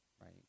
right